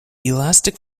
elastic